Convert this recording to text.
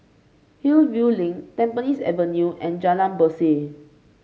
Hillview Link Tampines Avenue and Jalan Berseh